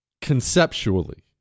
conceptually